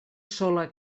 sola